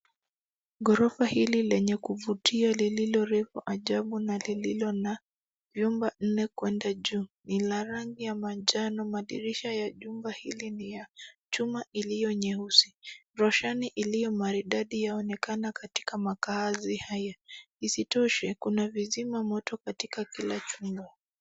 Ghorofa hili lenye kuvutia lililo refu ajabu na lililo na vyumba nne kwenda juu. Lina rangi ya manjano. Madirisha ya chumba hili ni ya chuma iliyo nyeusi. Roshani iliyo maridadi yaonekana katika makaazi hayo. Isitoshe, kuna vizima moto katika kila chumba.